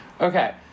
Okay